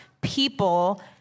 people